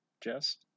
jess